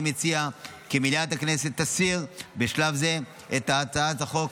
אני מציע כי מליאת הכנסת תסיר בשלב זה את הצעת החוק